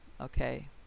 okay